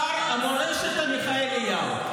שר המורשת עמיחי אליהו.